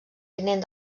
tinent